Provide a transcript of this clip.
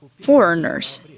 foreigners